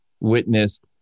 witnessed